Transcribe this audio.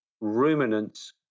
ruminants